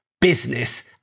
business